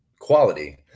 quality